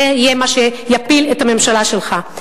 זה יהיה מה שיפיל את הממשלה שלך,